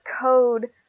code